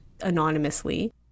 anonymously